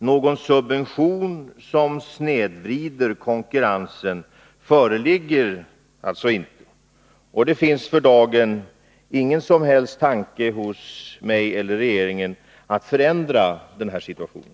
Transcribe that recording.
Någon subvention som snedvrider konkurrensen föreligger alltså inte. Det finns därför inte hos vare sig mig eller regeringen någon som helst tanke på att förändra situationen.